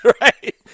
right